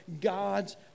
God's